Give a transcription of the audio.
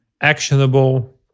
actionable